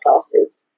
classes